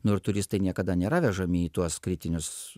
nu ir turistai niekada nėra vežami į tuos kritinius